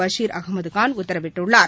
பஷிா அகமதுகான் உத்தரவிட்டுள்ளார்